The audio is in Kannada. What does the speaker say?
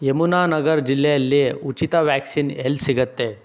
ಯಮುನಾ ನಗರ್ ಜಿಲ್ಲೆಯಲ್ಲಿ ಉಚಿತ ವ್ಯಾಕ್ಸಿನ್ ಎಲ್ಲಿ ಸಿಗುತ್ತೆ